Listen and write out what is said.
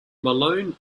malone